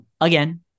again